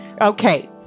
Okay